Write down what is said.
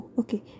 okay